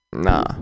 Nah